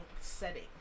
setting